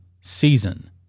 season